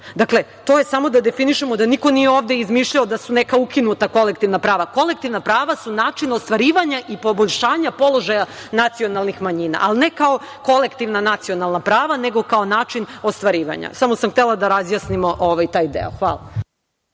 Dakle, to je samo da definišemo da niko ovde nije izmišljao da su neka ukinuta kolektivna prava. Kolektivna prava su način ostvarivanja i poboljšanja položaja nacionalnih manjina, ali ne kao kolektivna nacionalna prava, nego kao način ostvarivanja. Samo sam htela da razjasnimo taj deo. Hvala.